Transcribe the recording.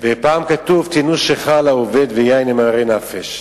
ופעם כתוב: "תנו שיכר לאובד ויין למרי נפש".